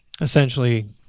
essentially